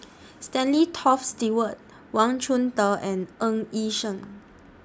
Stanley Toft Stewart Wang Chunde and Ng Yi Sheng